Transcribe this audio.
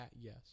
Yes